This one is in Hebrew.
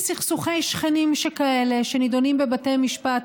מין סכסוכי שכנים שכאלה שנדונים בבתי משפט.